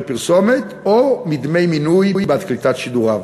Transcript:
פרסומת או מדמי מנוי בעד קליטת שידוריו.